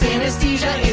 synesthesia